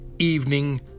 evening